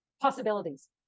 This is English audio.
possibilities